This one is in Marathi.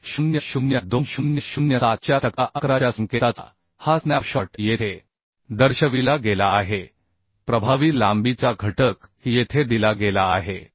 800 2007 च्या तक्ता 11 च्या संकेताचा हा स्नॅपशॉट येथे दर्शविला गेला आहे प्रभावी लांबीचा घटक येथे दिला गेला आहे